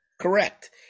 Correct